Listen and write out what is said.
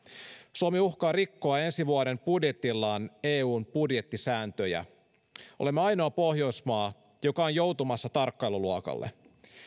suomi uhkaa rikkoa ensi vuoden budjetillaan eun budjettisääntöjä olemme ainoa pohjoismaa joka on joutumassa tarkkailuluokalle